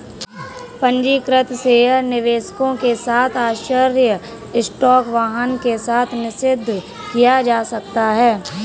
पंजीकृत शेयर निवेशकों के साथ आश्चर्य स्टॉक वाहन के साथ निषिद्ध किया जा सकता है